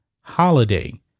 Holiday